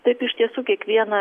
taip iš tiesų kiekvieną